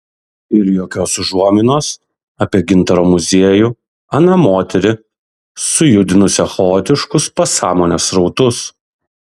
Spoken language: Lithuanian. ir jokios užuominos apie gintaro muziejų aną moterį sujudinusią chaotiškus pasąmonės srautus